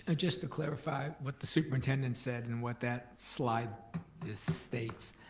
ah just to clarify what the superintendent said and what that slide states.